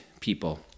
people